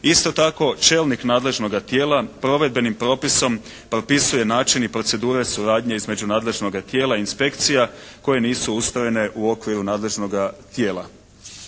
Isto tako čelnik nadležnoga tijela provedbenim propisom propisuje način i procedure suradnje između nadležnoga tijela inspekcija koje nisu ustrojene u okviru nadležnoga tijela.